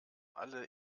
alle